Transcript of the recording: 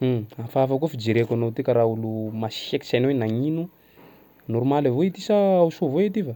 Hm! hafahafa koa fijereko anao ty karaha olo masieky tsy hainao hoe nagnino, normaly avao ity sa ho soa avao ity va?